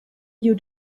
you